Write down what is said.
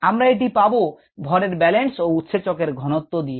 আমরা এটি পাব ভরের ব্যালেন্স ও উৎসেচক এর ঘনত্ব দিয়ে